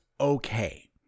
okay